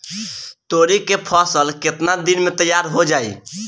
तोरी के फसल केतना दिन में तैयार हो जाई?